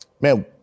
man